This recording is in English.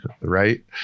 right